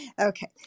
Okay